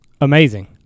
amazing